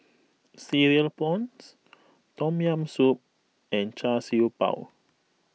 Cereal Prawns Tom Yam Soup and Char Siew Bao